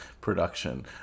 production